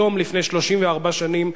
היום לפני 34 שנים,